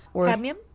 Cadmium